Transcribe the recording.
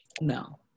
No